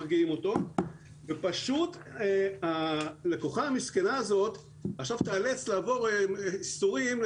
מרגיעים אותו ופשוט הלקוחה המסכנה הזאת עכשיו תיאלץ לעבור ייסורים.